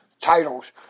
titles